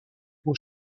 aux